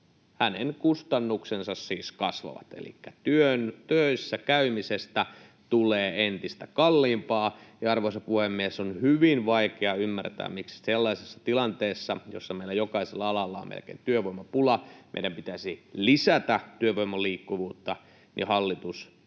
Hänen kustannuksensa siis kasvavat, elikkä töissä käymisestä tulee entistä kalliimpaa. Ja, arvoisa puhemies, on hyvin vaikea ymmärtää, miksi sellaisessa tilanteessa, jossa meillä jokaisella alalla on melkein työvoimapula ja meidän pitäisi lisätä työvoiman liikkuvuutta, niin hallitus